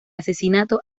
asesinato